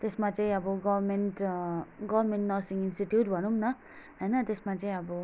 त्यसमा चाहिँ अब गर्मेन्ट गर्मेन्ट नर्सिङ इन्स्टिट्युट भनौँ न होइन त्यसमा चाहिँ अब